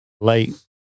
late